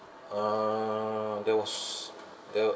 uh there was there